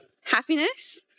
Happiness